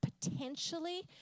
potentially